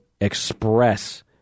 express